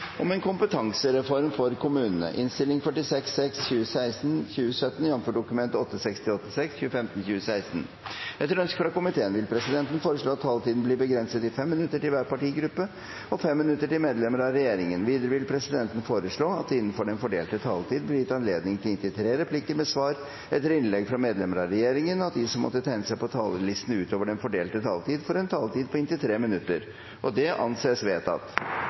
om ordet til sak nr. 2. Etter ønske fra kommunal- og forvaltningskomiteen vil presidenten foreslå at taletiden blir begrenset til 5 minutter til hver partigruppe og 5 minutter til medlemmer av regjeringen. Videre vil presidenten foreslå at det – innenfor den fordelte taletid – blir gitt anledning til inntil tre replikker med svar etter innlegg fra medlemmer av regjeringen, og at de som måtte tegne seg på talerlisten utover den fordelte taletid, får en taletid på inntil 3 minutter. – Det anses vedtatt.